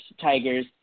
Tigers